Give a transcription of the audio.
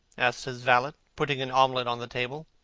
asked his valet, putting an omelette on the table.